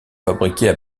fabriquées